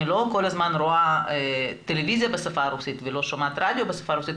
אני לא כל הזמן רואה טלוויזיה בשפה הרוסית ולא שומעת רדיו בשפה הרוסית,